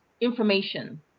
information